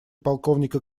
полковника